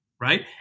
Right